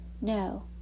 No